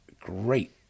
great